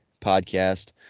podcast